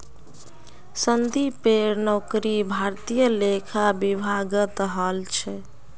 संदीपेर नौकरी भारतीय लेखा विभागत हल छ